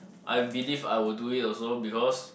I believe I would do it also because